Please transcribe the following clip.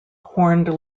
horned